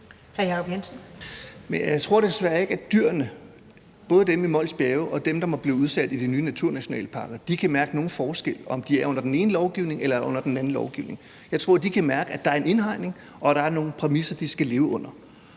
jeg tror desværre ikke, at dyrene – hverken dem i Mols Bjerge eller dem, der må blive udsat i de nye naturnationalparker – kan mærke nogen forskel på, om de er under den ene lovgivning eller under den anden lovgivning. Jeg tror, de kan mærke, at der er en indhegning, og at der er nogle præmisser, de skal leve under.